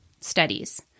studies